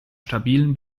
stabilen